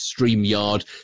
Streamyard